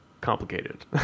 complicated